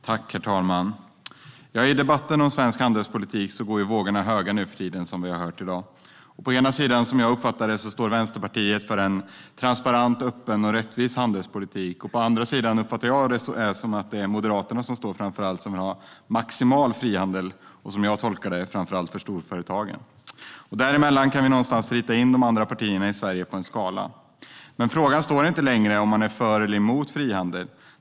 Herr talman! I debatten om svensk handelspolitik går vågorna höga nu för tiden, som vi har hört i dag. På ena sidan står Vänsterpartiet upp för en transparent, öppen och rättvis handelspolitik, och på andra sidan, uppfattar jag det som, står Moderaterna som vill ha maximal frihandel, framför allt för storföretagen, som jag tolkar det. Däremellan kan vi rita in de andra partierna i Sverige på en skala. Men frågan är inte längre om man är för eller emot frihandel.